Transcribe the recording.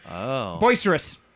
Boisterous